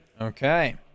Okay